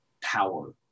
power